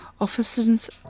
Officers